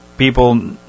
People